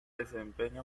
desempeña